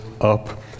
up